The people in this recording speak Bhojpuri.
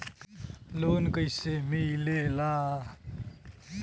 लोन कईसे मिलेला?